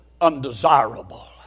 undesirable